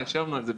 ישבנו על זה.